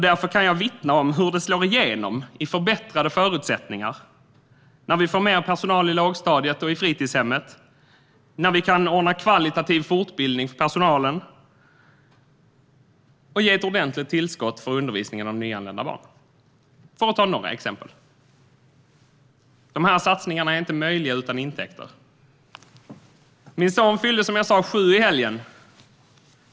Därför kan jag vittna om hur det slår igenom i förbättrade förutsättningar när vi får mer personal på lågstadiet och fritidshemmet, när vi kan ordna kvalitativ fortbildning för personalen och när vi kan ge ett ordentligt tillskott till undervisningen av nyanlända barn, för att ta några exempel. Dessa satsningar är inte möjliga utan intäkter. Min son fyllde som sagt sju i helgen.